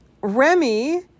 Remy